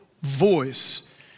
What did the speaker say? voice